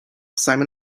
simon